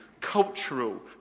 cultural